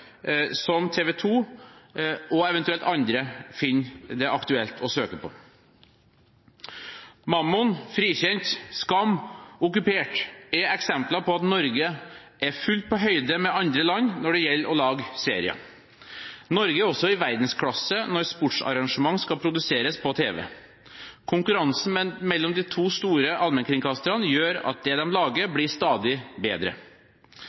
som TV 2 og eventuelt andre finner det aktuelt å søke på. «Mammon», «Frikjent», «Skam» og «Okkupert» er eksempler på at Norge er fullt på høyde med andre land når det gjelder å lage serier. Norge er også i verdensklasse når sportsarrangementer skal produseres på tv. Konkurransen mellom de to store allmennkringkasterne gjør at det de lager, blir stadig bedre.